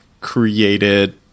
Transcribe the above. created